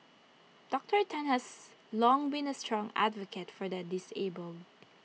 Doctor Tan has long been A strong advocate for the disabled